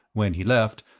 when he left,